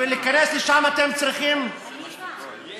בשביל להיכנס לשם אתם צריכים פספורט,